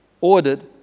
ordered